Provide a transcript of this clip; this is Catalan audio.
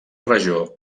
regió